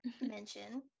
mention